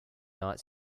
not